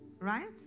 right